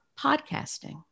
podcasting